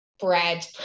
Bread